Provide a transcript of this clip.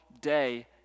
day